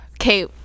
Okay